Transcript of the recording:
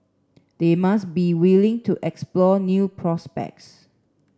they must be willing to explore new prospects